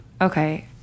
Okay